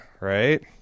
right